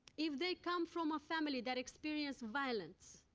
if they come from a family that experienced violence,